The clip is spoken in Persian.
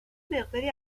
مقداری